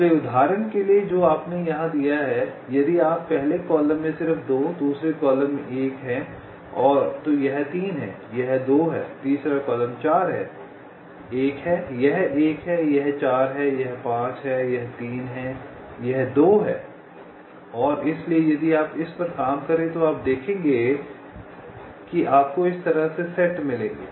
इसलिए उदाहरण के लिए जो आपने यहाँ दिया है यदि आप पहले कॉलम में सिर्फ 2 दूसरे कॉलम में 1 हैं तो यह 3 है यह 2 है तीसरा कॉलम 4 है 1 है यह 1 है यह 4 है यह 5 है यह 3 है यह 2 है और इसलिए यदि आप इस पर काम करें तो आप देखेंगे कि आपको इस तरह से सेट मिलेंगे